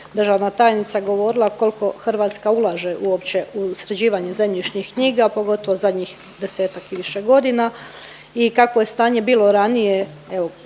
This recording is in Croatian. državna tajnica govorila koliko Hrvatskaulaže uopće u sređivanje zemljišnih knjiga, pogotovo zadnjih 10-ak i više godina i kakvo je stanje bilo ranije,